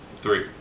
three